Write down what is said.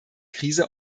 krise